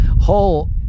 whole